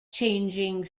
changing